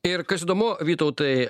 ir kas įdomu vytautai